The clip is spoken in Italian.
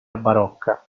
barocca